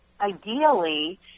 ideally